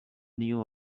new